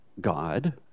God